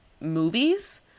movies